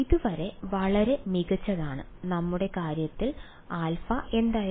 ഇതുവരെ വളരെ മികച്ചതാണ് നമ്മുടെ കാര്യത്തിൽ α എന്തായിരുന്നു